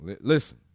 Listen